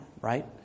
Right